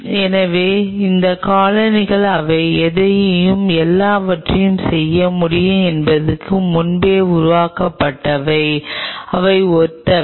எனவே இந்த காலனிகள் அவை எதையும் எல்லாவற்றையும் செய்ய முடியும் என்பதற்கு முன்பே உருவாக்கப்பட்டவை அவை ஒத்தவையா